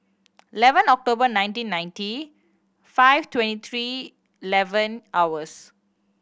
eleven October nineteen ninety five twenty three eleven hours